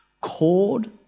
Called